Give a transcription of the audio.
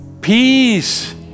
Peace